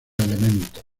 elementos